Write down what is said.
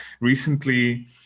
recently